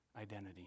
identity